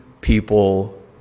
people